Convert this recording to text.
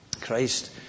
Christ